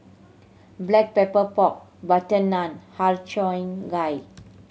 Black Pepper Pork butter naan Har Cheong Gai